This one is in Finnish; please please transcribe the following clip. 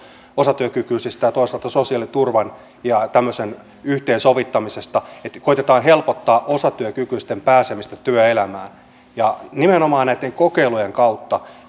osatyökykyisistä ja toisaalta sosiaaliturvan ja tämmöisen yhteensovittamisesta niin että koetetaan helpottaa myös osatyökykyisten pääsemistä työelämään ja nimenomaan näitten kokeilujen kautta